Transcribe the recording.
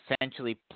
essentially